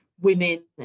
women